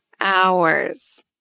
hours